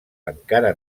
encara